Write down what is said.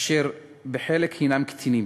אשר חלקם קטינים.